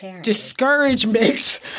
discouragement